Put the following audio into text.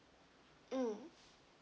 mm